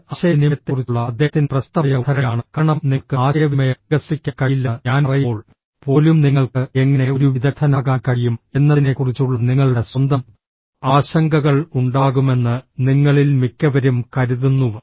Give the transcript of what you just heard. ഇത് ആശയവിനിമയത്തെക്കുറിച്ചുള്ള അദ്ദേഹത്തിന്റെ പ്രശസ്തമായ ഉദ്ധരണിയാണ് കാരണം നിങ്ങൾക്ക് ആശയവിനിമയം വികസിപ്പിക്കാൻ കഴിയില്ലെന്ന് ഞാൻ പറയുമ്പോൾ പോലും നിങ്ങൾക്ക് എങ്ങനെ ഒരു വിദഗ്ദ്ധനാകാൻ കഴിയും എന്നതിനെക്കുറിച്ചുള്ള നിങ്ങളുടെ സ്വന്തം ആശങ്കകൾ ഉണ്ടാകുമെന്ന് നിങ്ങളിൽ മിക്കവരും കരുതുന്നു